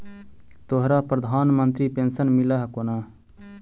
तोहरा प्रधानमंत्री पेन्शन मिल हको ने?